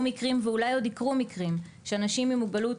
מקרים ואולי עוד יקרו מקרים שאנשים עם מוגבלות,